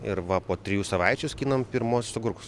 ir va po trijų savaičių skinam pirmuosius agurkus